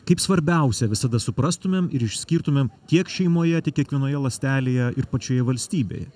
kaip svarbiausią visada suprastumėm ir išskirtumėm tiek šeimoje tiek kiekvienoje ląstelėje ir pačioje valstybėj